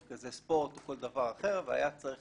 מרכזי ספורט או כל דבר אחר, והיה צריך